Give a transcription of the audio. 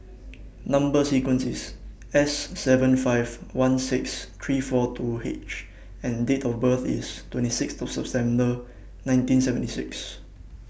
Number sequence IS S seven five one six three four two H and Date of birth IS twenty six to September nineteen seventy six